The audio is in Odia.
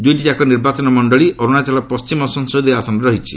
ଦୁଇଟିଯାକ ନିର୍ବାଚନ ମଣ୍ଡଳୀ ଅରୁଣାଚଳ ପଶ୍ଚିମ ସଂସଦୀୟ ଆସନରେ ରହିଛି